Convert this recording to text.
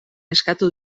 eskatu